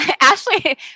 Ashley